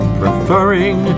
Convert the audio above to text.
preferring